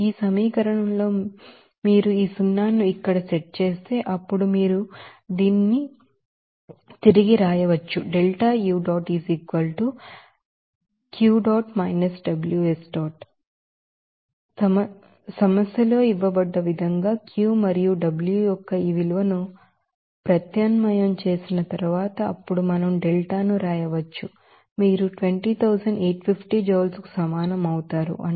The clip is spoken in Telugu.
ఈ సమీకరణంలో మీరు ఈ సున్నాను ఇక్కడ సెట్ చేస్తే అప్పుడు మీరు ఇక్కడ రాయవచ్చు సమస్యలో ఇవ్వబడ్డ విధంగా Q మరియు W యొక్క ఈ విలువను ప్రత్యామ్నాయం చేసిన తరువాత అప్పుడు మనం deltaను రాయవచ్చు మీరు 20850 jouleకు సమానం అవుతారు అంటే 20